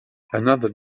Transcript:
another